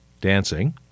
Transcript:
dancing